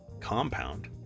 Compound